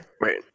Wait